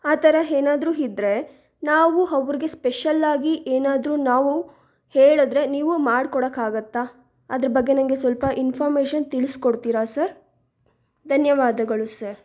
ಆ ಥರ ಏನಾದ್ರೂ ಇದ್ರೆ ನಾವು ಅವ್ರ್ಗೆ ಸ್ಪೆಷಲ್ಲಾಗಿ ಏನಾದರೂ ನಾವು ಹೇಳಿದ್ರೆ ನೀವು ಮಾಡಿಕೊಡಕ್ಕಾಗತ್ತಾ ಅದ್ರ ಬಗ್ಗೆ ನನಗೆ ಸ್ವಲ್ಪ ಇನ್ಫಾರ್ಮೇಶನ್ ತಿಳಿಸ್ಕೊಡ್ತೀರ ಸರ್ ಧನ್ಯವಾದಗಳು ಸರ್